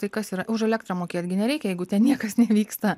tai kas yra už elektrą mokėt gi nereikia jeigu ten niekas nevyksta